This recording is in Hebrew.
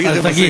בלי רמזים.